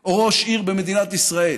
או ראש עיר במדינת ישראל,